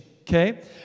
okay